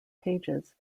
pages